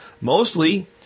mostly